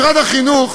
משרד החינוך